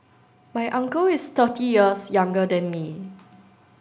my uncle is thirty years younger than me